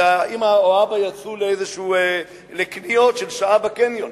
שהאמא או האבא שלו יצאו לקניות של שעה בקניון